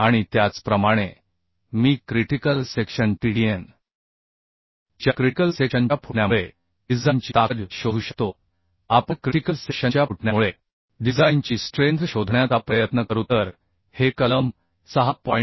आणि त्याचप्रमाणे मी क्रिटिकल सेक्शन TDN च्या क्रिटिकल सेक्शनच्या फुटण्यामुळे डिझाइनची ताकद शोधू शकतो आपण क्रिटिकल सेक्शनच्या फुटण्यामुळे डिझाइनची स्ट्रेंथ शोधण्याचा प्रयत्न करू तर हे कलम 6